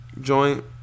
Joint